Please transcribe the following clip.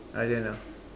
I don't know